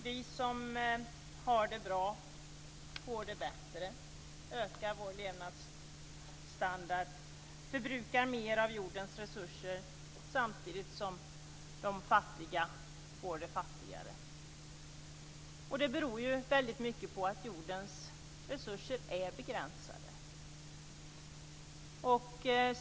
Vi som har det bra får det bättre, ökar vår levnadsstandard och förbrukar mer av jordens resurser samtidigt som de fattiga får det fattigare. Det beror väldigt mycket på att jordens resurser är begränsade.